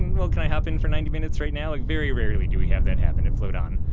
well can i hop in for ninety minutes right now? like very rarely do we have that happen at float on.